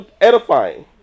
edifying